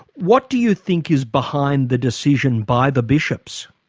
what do you think is behind the decision by the bishops?